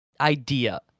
idea